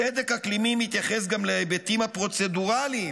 צדק אקלימי מתייחס גם להיבטים הפרוצדורליים,